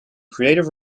creative